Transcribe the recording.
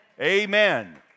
Amen